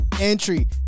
entry